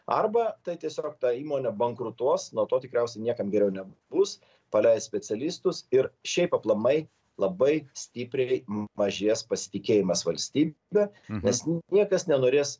arba tai tiesiog ta įmonė bankrutuos nuo to tikriausiai niekam geriau nebus paleis specialistus ir šiaip aplamai labai stipriai mažės pasitikėjimas valstybe nes niekas nenorės